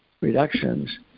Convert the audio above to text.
reductions